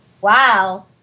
Wow